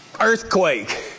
earthquake